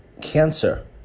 cancer